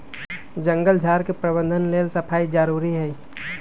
जङगल झार के प्रबंधन लेल सफाई जारुरी हइ